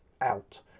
out